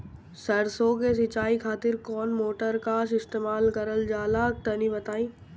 सरसो के सिंचाई खातिर कौन मोटर का इस्तेमाल करल जाला तनि बताई?